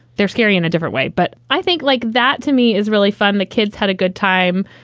they're scary in a different way. but i think like that to me is really fun. the kids had a good time.